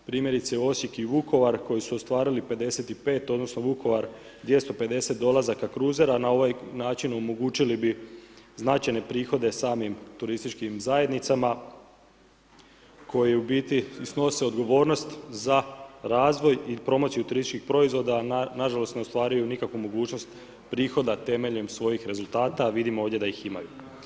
Primjerice Osijek i Vukovar koji su ostvarili 55, odnosno Vukovar 250 dolazaka kruzera na ovaj način omogućili bi značajne prihode samim TZ koji u biti snose odgovornost za razvoj i promociju turističkih proizvoda a nažalost ne ostvaruju nikakvu mogućnost prihoda temeljem svojih rezultata a vidimo ovdje da ih imaju.